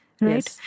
Right